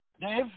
Dave